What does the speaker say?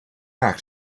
act